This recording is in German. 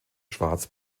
schwarz